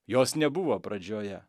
jos nebuvo pradžioje